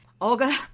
olga